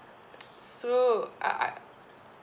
so I I